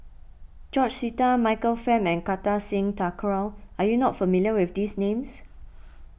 George Sita Michael Fam and Kartar Singh Thakral are you not familiar with these names